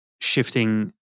shifting